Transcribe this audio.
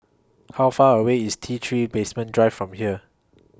How Far away IS T three Basement Drive from here